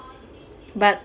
but